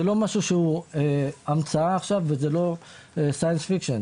זה לא המצאה וזה לא מדע בדיוני.